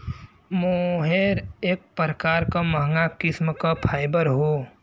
मोहेर एक प्रकार क महंगा किस्म क फाइबर हौ